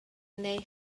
neu